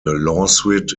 lawsuit